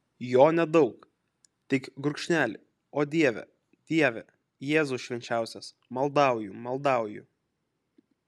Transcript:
jo nedaug tik gurkšnelį o dieve dieve jėzau švenčiausias maldauju maldauju